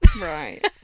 right